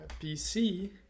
PC